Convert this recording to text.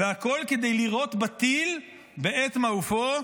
והכול כדי לירות בטיל בעת מעופו,